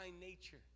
nature